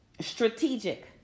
strategic